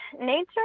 Nature